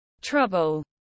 trouble